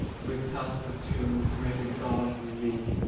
with tufts of tune permitted gods and me.